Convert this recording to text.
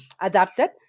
adapted